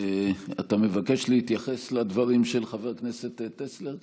אתה מבקש להתייחס לדברים של חבר הכנסת טסלר?